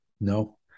no